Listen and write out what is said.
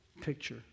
picture